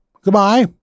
Goodbye